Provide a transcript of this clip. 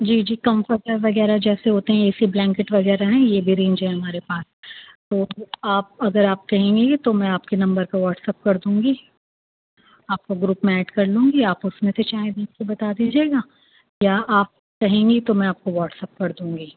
جی جی کمفرٹر وغیرہ جیسے ہوتے ہیں اے سی بلینکٹ وغیرہ ہیں یہ بھی رینج ہے ہمارے پاس تو آپ اگر آپ کہیں گی تو میں آپ کے نمبر کا واٹسپ کر دوں گی آپ کو گروپ میں ایڈ کر لوں گی آپ اس میں سے چاہیں دیکھ کے بتا دیجیے گا یا آپ کہیں گی تو میں آپ کو واٹسپ کر دوں گی